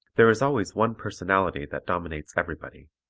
there is always one personality that dominates everybody.